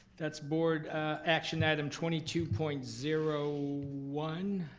that's board action item twenty two point zero one,